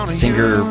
singer